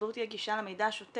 שלציבור תהיה גישה למידע השוטף